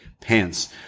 pants